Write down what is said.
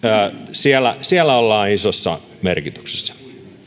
siellä siellä ollaan isossa merkityksessä